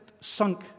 sunk